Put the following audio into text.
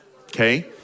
okay